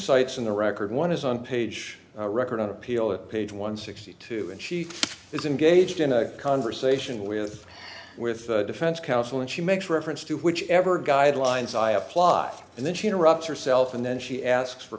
sites on the record one is on page record on appeal page one sixty two and she is engaged in a conversation with with defense counsel and she makes reference to whichever guidelines i apply and then she interrupts herself and then she asks